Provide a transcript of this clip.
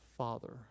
Father